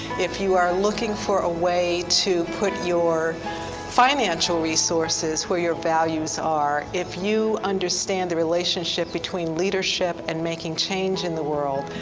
if you are looking for a way to put your financial resources where your values are, if you understand the relationship between leadership and making change in the world,